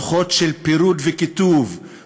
רוחות של פירוד וקיטוב,